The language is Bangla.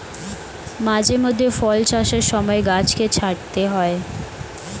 মাঝে মধ্যে ফল চাষের সময় গাছকে ছাঁটতে হয়